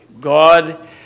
God